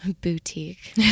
boutique